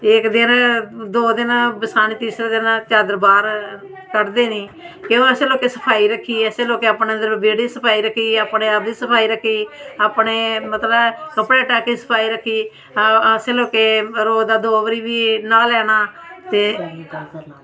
इक दिन दो दिन त्रियै दिन चादर बाह्र कड्ढी देनी ते असें लोकें सफाई रक्खी दी ऐ असें लोकें जेह्ड़ी सफाई रक्खी दी अपने आप दी सफाई रक्खी दी अपने मतलब कपड़ें दी सफाई रक्खी दी असें लोकें रोज दा दो बारी बी इन्ना गै लैना ते